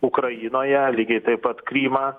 ukrainoje lygiai taip pat krymą